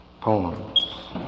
poems